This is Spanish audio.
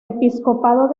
episcopado